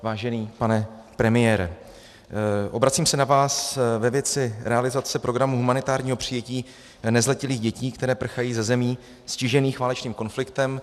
Vážený pane premiére, obracím se na vás ve věci realizace programu humanitárního přijetí nezletilých dětí, které prchají ze zemí stižených válečným konfliktem.